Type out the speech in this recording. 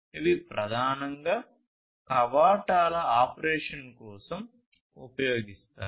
ఇవి ప్రధానంగా కవాటాల ఆపరేషన్ కోసం ఉపయోగిస్తారు